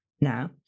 now